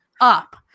up